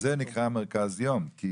זה נקרא מרכז יום כי